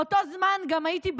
באותו זמן גם הייתי בנגב,